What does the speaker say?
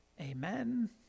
Amen